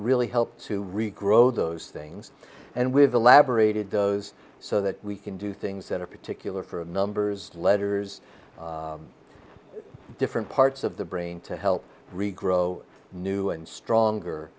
really help to regrow those things and we have elaborated those so that we can do things that are particular for a numbers letters different parts of the brain to help grow new and stronger